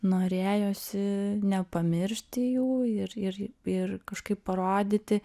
norėjosi nepamiršti jų ir ir ir kažkaip parodyti